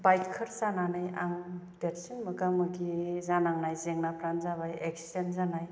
bikers जानानै आं देरसिन मोगा मोगि जानांनाय जेंनाफोरानो जाबाय एक्सिदेन्द जानाय